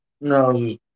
No